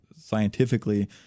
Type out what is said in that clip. scientifically